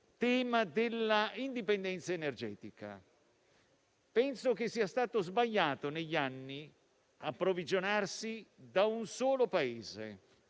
dell'indipendenza energetica. Penso che sia stato sbagliato negli anni approvvigionarsi da un solo Paese;